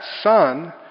son